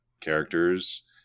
characters